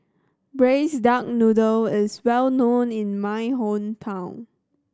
Braised Duck Noodle is well known in my hometown